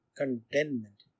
contentment